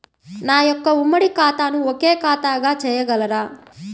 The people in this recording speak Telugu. నా యొక్క ఉమ్మడి ఖాతాను ఒకే ఖాతాగా చేయగలరా?